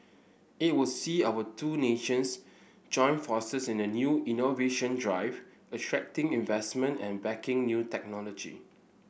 it will see our two nations join forces in a new innovation drive attracting investment and backing new technology